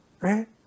right